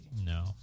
No